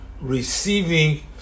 receiving